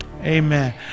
Amen